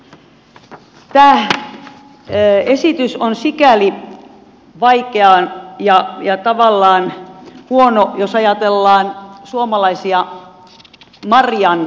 tämä esitys on sikäli huono jos ajatellaan suomalaisia marjantuottajia